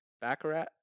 Baccarat